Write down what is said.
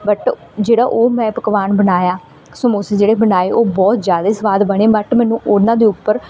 but ਜਿਹੜਾ ਉਹ ਮੈਂ ਪਕਵਾਨ ਬਣਾਇਆ ਸਮੋਸੇ ਜਿਹੜੇ ਬਣਾਏ ਉਹ ਬਹੁਤ ਜ਼ਿਆਦਾ ਸੁਆਦ ਬਣੇ ਬਟ ਮੈਨੂੰ ਉਹਨਾਂ ਦੇ ਉੱਪਰ